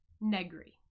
negri